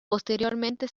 posteriormente